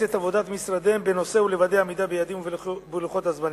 את עבודת משרדיהם בנושא ולוודא עמידה ביעדים ולוחות הזמנים.